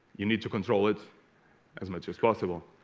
you need to control it as much as possible